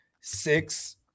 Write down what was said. six